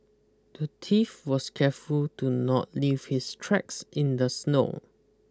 the thief was careful to not leave his tracks in the snow